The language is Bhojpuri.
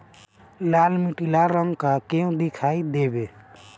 लाल मीट्टी लाल रंग का क्यो दीखाई देबे?